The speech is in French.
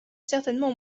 certainement